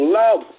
love